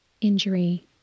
injury